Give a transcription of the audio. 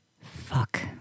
Fuck